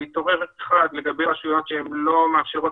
הוא התעורר לגבי רשויות שהן לא מאפשרות